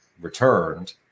returned